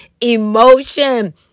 emotion